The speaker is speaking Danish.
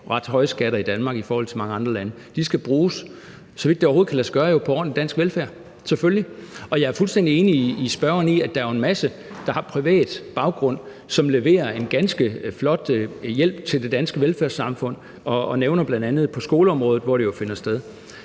ret høje skatter i Danmark i forhold til mange andre lande – så vidt det overhovedet kan lade sig gøre skal bruges på ordentlig dansk velfærd. Selvfølgelig. Og jeg er fuldstændig enig med spørgeren i, at der en masse private virksomheder, som leverer en ganske flot hjælp til det danske velfærdssamfund, bl.a. som nævnt på skoleområdet, hvor det finder sted.